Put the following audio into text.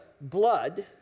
blood